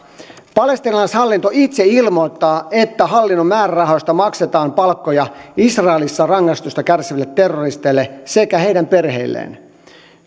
palestiinalaishallinto itse ilmoittaa että hallinnon määrärahoista maksetaan palkkoja israelissa rangaistusta kärsiville terroristeille sekä heidän perheilleen